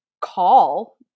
call